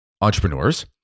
entrepreneurs